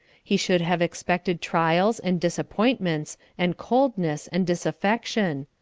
he should have expected trials, and disappointments, and coldness, and disaffection.